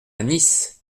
nice